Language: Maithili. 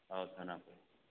आउ थानापर